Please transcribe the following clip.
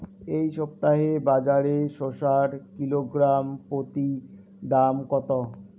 এই সপ্তাহে বাজারে শসার কিলোগ্রাম প্রতি দাম কত?